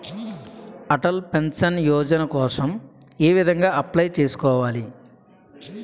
Atal pension Yojana కోసం ఏ విధంగా అప్లయ్ చేసుకోవాలి?